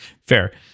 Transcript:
Fair